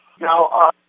Now